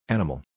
Animal